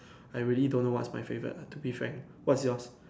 I really don't know what's my favorite ah to be frank what's yours